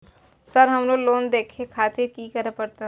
Sir हमरो loan देखें खातिर की करें परतें?